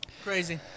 crazy